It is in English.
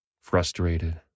frustrated